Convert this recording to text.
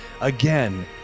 again